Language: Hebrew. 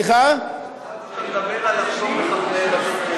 חשבתי שאתה מדבר על הפטור מארנונה לבית-כנסת.